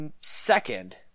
Second